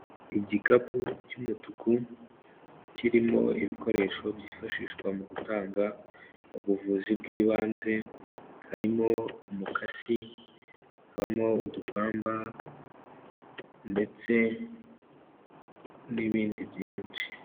Igikapu cy'umutuku kirimo ibikoresho byifashishwa mu gutanga ubuvuzi bw'ibanze, harimo umukasi, hakabamo udupamba, ndetse n'ibindi byinshi.